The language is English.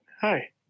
hi